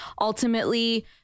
ultimately